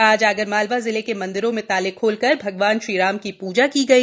आज आगरमालवा जिले के मंदिरों में ताले खोलकर भगवान श्रीराम की पूजा की गई